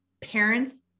parents